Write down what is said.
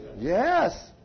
Yes